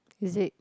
is it